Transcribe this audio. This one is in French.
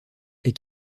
est